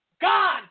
God